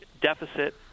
deficit